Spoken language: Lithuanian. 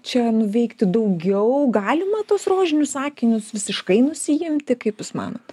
čia nuveikti daugiau galima tuos rožinius akinius visiškai nusiimti kaip jūs manot